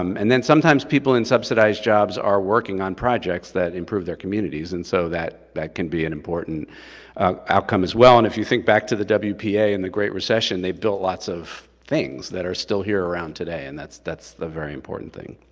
um and then sometimes people in subsidized jobs are working on projects that improve their communities and so that that can be an important outcome as well, and if you think back to the wpa and the great recession, they built lots of things that are still here around today, and that's that's the very important thing.